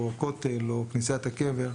הכותל או כנסיית הקבר,